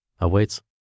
awaits